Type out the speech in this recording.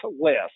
list